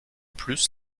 plus